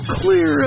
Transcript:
clear